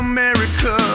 America